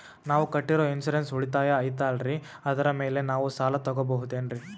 ನಾವು ಕಟ್ಟಿರೋ ಇನ್ಸೂರೆನ್ಸ್ ಉಳಿತಾಯ ಐತಾಲ್ರಿ ಅದರ ಮೇಲೆ ನಾವು ಸಾಲ ತಗೋಬಹುದೇನ್ರಿ?